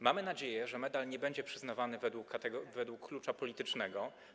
Mamy nadzieję, że medal nie będzie przyznawany według klucza politycznego.